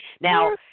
Now